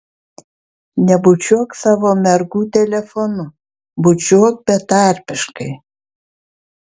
nebučiuok savo mergų telefonu bučiuok betarpiškai